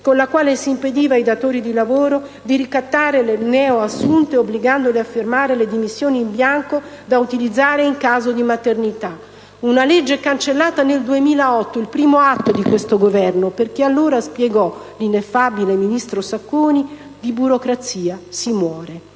con la quale s'impediva ai datori di lavoro di ricattare le neoassunte obbligandole a firmare le dimissioni in bianco da utilizzare in caso di maternità. Una legge cancellata nel 2008, il primo atto di questo Governo, perché, spiegò allora l'ineffabile ministro Sacconi, di burocrazia si muore.